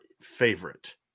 favorite